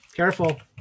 Careful